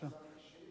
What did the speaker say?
השר הקשיב?